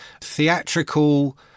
theatrical